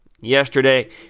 yesterday